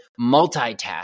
multitask